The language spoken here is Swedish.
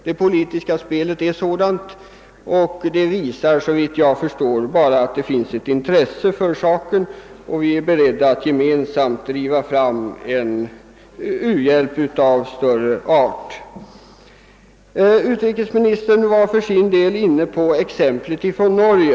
Det politiska spelet är sådant och det visar, såvitt jag förstår, att det finns ett intresse för saken och att vi gemensamt är beredda att driva fram en u-hjälp av större omfattning. Utrikesministern var för sin del inne på exemplet från Norge.